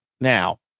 Now